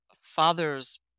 father's